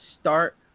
Start